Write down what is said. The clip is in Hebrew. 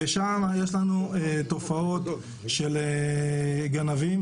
שם יש לנו תופעות של גנבים.